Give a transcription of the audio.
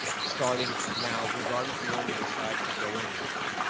starting now, regardless of when we decide to go in live.